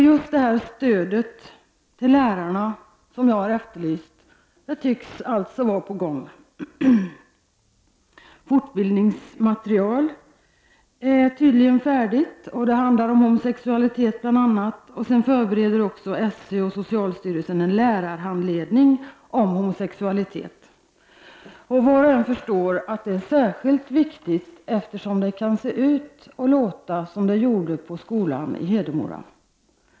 Just det stöd till lärarna som jag har efterlyst tycks alltså vara på gång. Fortbildningsmaterialet är tydligen färdigt. Det handlar bl.a. om homosexualitet. Så förbereder också SÖ och socialstyrelsen en lärarhandledning om homosexualitet. Var och en förstår att det är särskilt viktigt, eftersom det kan se ut och låta som det gjorde på skolan i Hedemora.